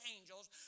angels